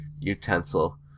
utensil